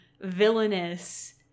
villainous